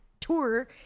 tour